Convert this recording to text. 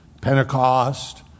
Pentecost